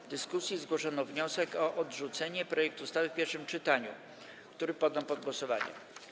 W dyskusji zgłoszono wniosek o odrzucenie projektu ustawy w pierwszym czytaniu, który poddam pod głosowanie.